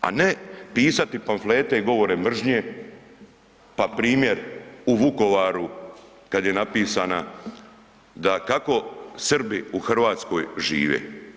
A ne pisati pamflete i govore mržnje pa primjer u Vukovaru kad je napisana kako Srbi u Hrvatskoj žive.